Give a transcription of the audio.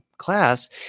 class